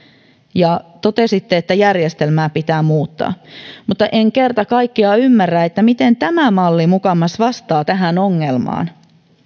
ja totesi että järjestelmää pitää muuttaa mutta en kerta kaikkiaan ymmärrä miten tämä malli mukamas vastaa tähän ongelmaan